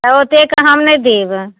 तऽ ओतेक हम नहि देब